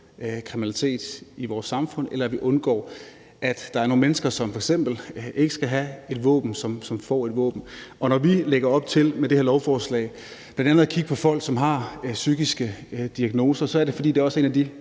kriminalitet i vores samfund, eller at vi undgår, at der er nogle mennesker, som f.eks. ikke skal have et våben, som får et våben. Og når vi med det her lovforslag lægger op til bl.a. at kigge på folk, som har psykiske diagnoser, så er det, fordi det også er en af de